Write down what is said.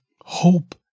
Hope